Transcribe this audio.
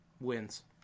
wins